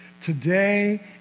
today